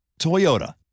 Toyota